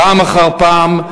פעם אחר פעם,